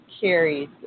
Carrie's